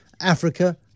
Africa